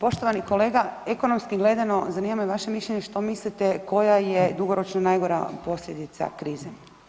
Poštovani kolega, ekonomski gledano zanima me vaše mišljenje što mislite koja je dugoročno najgora posljedica krize?